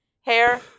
Hair